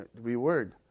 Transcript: reward